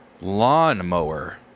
Lawnmower